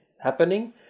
happening